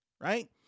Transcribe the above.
right